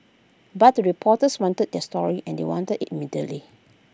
but the reporters wanted their story and they wanted IT immediately